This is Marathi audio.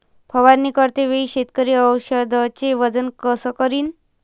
फवारणी करते वेळी शेतकरी औषधचे वजन कस करीन?